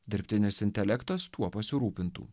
dirbtinis intelektas tuo pasirūpintų